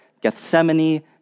Gethsemane